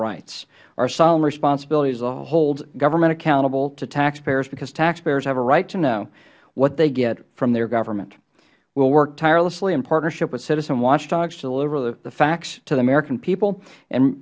rights our solemn responsibility is to hold government accountable to taxpayers because taxpayers have a right to know what they get from their government we will work tirelessly in partnership with citizen watchdogs to deliver the facts to the american people and